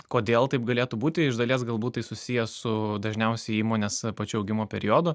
kodėl taip galėtų būti iš dalies galbūt tai susiję su dažniausiai įmonės pačiu augimo periodu